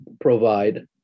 provide